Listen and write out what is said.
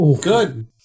Good